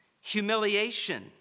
Humiliation